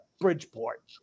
Bridgeport